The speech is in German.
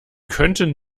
könnten